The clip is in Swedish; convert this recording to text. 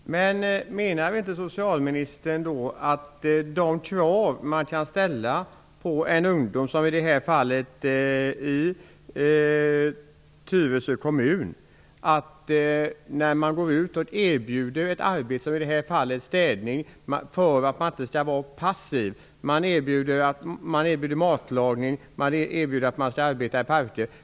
Fru talman! Menar då socialministern att de krav som man i detta fall ställde på en ungdom i Tyresö kommun inte är krav som man kan ställa? Man erbjöd ett arbete, i det här fallet städning, för att den unge inte skall vara passiv. Man kan t.ex. också erbjuda matlagning och arbete i parker.